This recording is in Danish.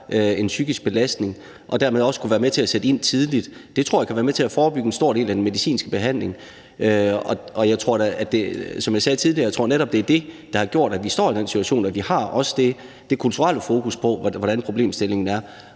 en psykisk belastning, og dermed også kunne være med til at sætte ind tidligt. Det tror jeg kan være med til at forebygge en stor del af den medicinske behandling. Og som jeg sagde tidligere, tror jeg da, at det netop er det, der har gjort, at vi står i den situation – at vi også har det kulturelle fokus på, hvordan problemstillingen er.